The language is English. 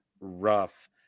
rough